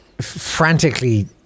frantically